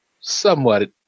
somewhat